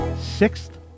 sixth